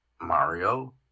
Mario